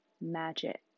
magic